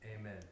Amen